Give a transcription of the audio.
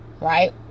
right